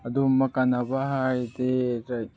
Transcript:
ꯑꯗꯨꯝꯕ ꯀꯥꯟꯅꯕ ꯍꯥꯏꯔꯗꯤ